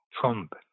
trump